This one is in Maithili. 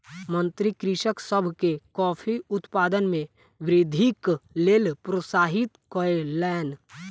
मंत्री कृषक सभ के कॉफ़ी उत्पादन मे वृद्धिक लेल प्रोत्साहित कयलैन